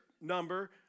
number